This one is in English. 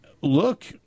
look